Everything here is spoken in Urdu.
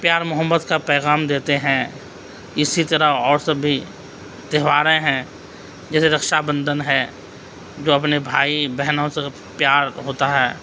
پیار محبت کا پیغام دیتے ہیں اسی طرح اور سب بھی تہواریں ہیں جیسے رکشا بندھن ہے جو اپنے بھائی بہنوں سے پیار ہوتا ہے